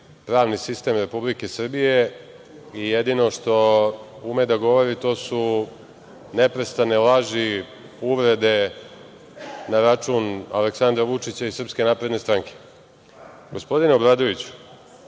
pravni sistem Republike Srbije i jedino što ume da govori su neprestane laži, uvrede na račun Aleksandra Vučića i SNS.Gospodine Obradoviću,